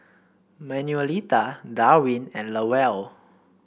Manuelita Darwin and Lowell